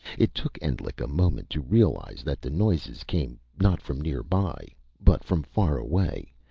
it took endlich a moment to realize that the noises came, not from nearby, but from far away,